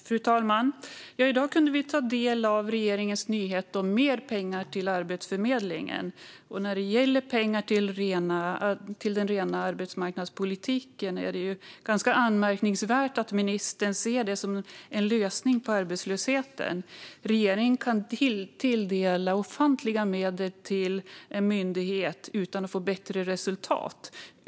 Fru talman! I dag kunde vi ta del av regeringens nyhet om mer pengar till Arbetsförmedlingen. Det är ganska anmärkningsvärt att ministern ser detta som en lösning på arbetslösheten. Regeringen kan tilldela ofantliga medel till en myndighet utan att få bättre resultat.